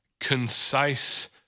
concise